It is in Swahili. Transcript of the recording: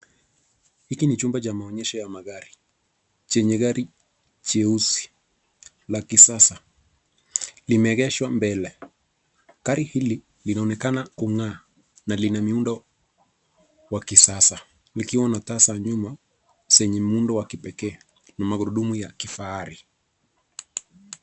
Hiki ni chumba cha maonyesho ya magari chenye gari jeusi la kisasa, limeegeshwa mbele. Gari hili linaonekana kung'aa na lina miundo wa kisasa, likiwa na taa za nyuma zenye muundo wa kipekee na magurudumu ya kifahari.